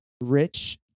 Rich